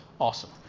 Awesome